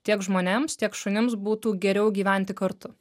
tiek žmonėms tiek šunims būtų geriau gyventi kartu